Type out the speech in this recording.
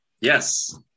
Yes